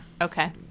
Okay